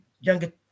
younger